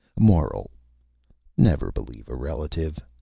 moral never believe a relative.